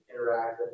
interactive